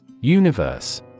Universe